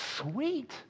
Sweet